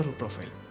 profile